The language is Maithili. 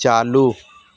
चालू